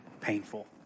painful